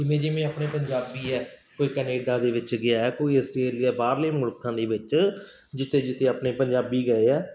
ਜਿਵੇਂ ਜਿਵੇਂ ਆਪਣੇ ਪੰਜਾਬੀ ਹੈ ਕੋਈ ਕੈਨੇਡਾ ਦੇ ਵਿੱਚ ਗਿਆ ਕੋਈ ਆਸਟਰੇਲੀਆ ਬਾਹਰਲੇ ਮੁਲਕਾਂ ਦੇ ਵਿੱਚ ਜਿੱਥੇ ਜਿੱਥੇ ਆਪਣੇ ਪੰਜਾਬੀ ਗਏ ਆ